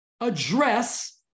address